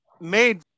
made